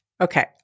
Okay